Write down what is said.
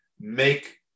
make